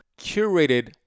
curated